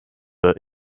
bar